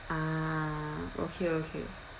ah okay okay